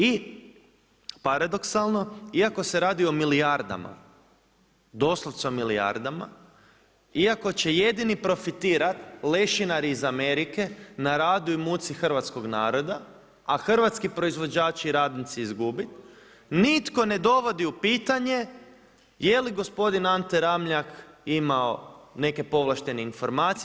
I paradoksalno, iako se radi o milijardama, doslovce o milijardama, iako će jedino profitirati lešinari iz Amerike, na radu i muci hrvatskog naroda, a hrvatski proizvođači i radnici izgube, nitko ne dovodi u pitanje, je li gospodin Ante Ramljak imao neke povlaštene informacije.